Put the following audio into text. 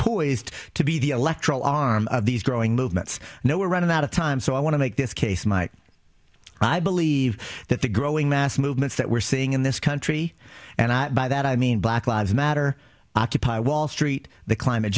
poised to be the electoral arm of these growing movements no we're running out of time so i want to make this case mike i believe that the growing mass movement that we're seeing in this country and i by that i mean black lives matter occupy wall street the climate